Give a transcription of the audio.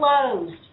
closed